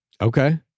Okay